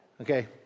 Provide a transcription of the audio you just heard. okay